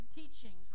teaching